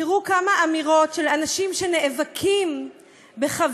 תראו כמה אמירות של אנשים שנאבקים בחבריהם